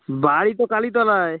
বাড়ি তো কালীতলায়